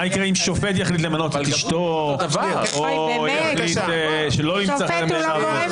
מה יקרה אם שופט יחליט למנות את אשתו או יריב שלא ימצא חן בעיניו,